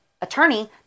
attorney